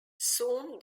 soon